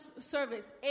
service